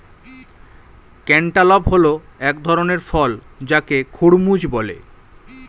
cantaloupe হল এক ধরণের ফল যাকে খরমুজ বলে